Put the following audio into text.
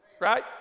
right